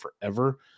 forever